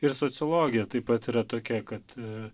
ir sociologija taip pat yra tokia kad